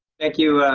thank you,